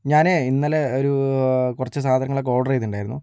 ഞാൻ ഇന്നലെ ഒരു കുറച്ചു സാധനങ്ങൾ ഒക്കെ ഓർഡർ ചെയ്തിട്ടുണ്ടായിരുന്നു